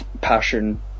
passion